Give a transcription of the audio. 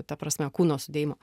ta prasme kūno sudėjimo